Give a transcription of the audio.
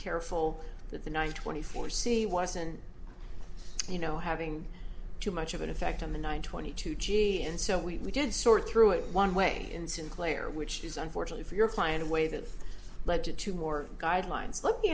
careful that the one twenty four c wasn't you know having too much of an effect on the one twenty two g and so we did sort through it one way in sinclair which is unfortunately for your client away that led to two more guidelines let me